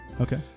Okay